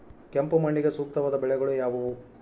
ಕೆಂಪು ಮಣ್ಣಿಗೆ ಸೂಕ್ತವಾದ ಬೆಳೆಗಳು ಯಾವುವು?